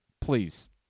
please